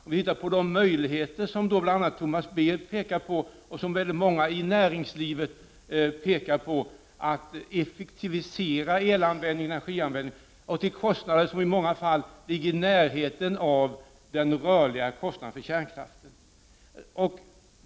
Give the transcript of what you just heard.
Vi kan titta på de möjligheter som bl.a. Thomas B Johansson pekar på, och som många inom näringslivet pekar på, vilket är att effektivisera elanvändningen och energianvändningen till kostnader som i många fall ligger i närheten av den rörliga kostnaden för kärnkraften.